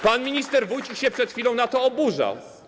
Pan minister Wójcik się przed chwilą na to oburzał.